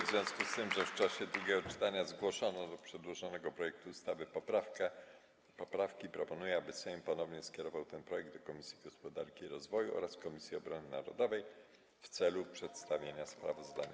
W związku z tym, że w czasie drugiego czytania zgłoszono do przedłożonego projektu ustawy poprawki, proponuję, aby Sejm ponownie skierował tej projekt do Komisji Gospodarki i Rozwoju oraz Komisji Obrony Narodowej w celu przedstawienia sprawozdania.